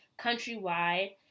countrywide